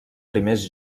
primers